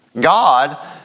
God